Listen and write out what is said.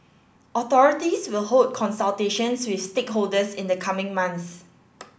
authorities will hold consultations with stakeholders in the coming months